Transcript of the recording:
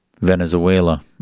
Venezuela